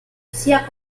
sia